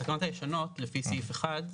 בתקנות הישנות, לפי סעיף 1,